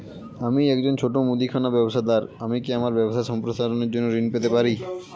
আমি একজন ছোট মুদিখানা ব্যবসাদার আমি কি আমার ব্যবসা সম্প্রসারণের জন্য ঋণ পেতে পারি?